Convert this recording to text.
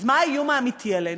אז מה האיום האמיתי עלינו?